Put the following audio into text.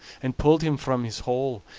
and pulled him from his hole.